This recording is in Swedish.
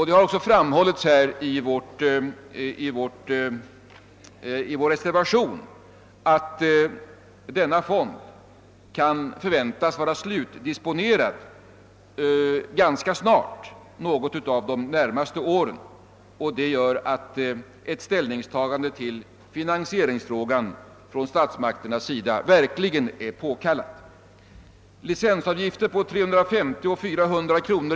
Det har också framhållits här i vår reservation, att denna fond kan förväntas vara slutdisponerad ganska snart, något av de närmaste åren, och det gör att ett ställningstagande till finansieringsfrågan från statsmakternas sida är högst påkallat. Licensavgifter på 350 å 400 kr.